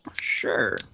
sure